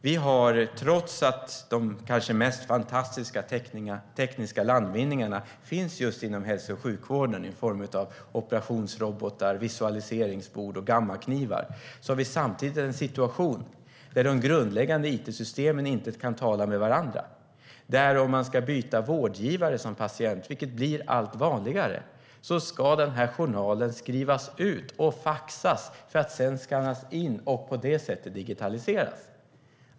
Vi har trots att kanske de mest fantastiska tekniska landvinningarna finns just inom hälso och sjukvården i form av operationsrobotar, visualiseringbord och gammaknivar samtidigt en situation där de grundläggande it-systemen inte kan tala med varandra. Om man som patient ska byta vårdgivare, vilket blir allt vanligare, ska journalen skrivas ut och faxas för att sedan skannas in och på det sättet digitaliseras.